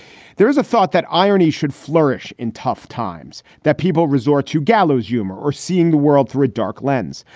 there is a thought that irony should flourish in tough times, that people resort to gallows humor or seeing the world through a dark lens.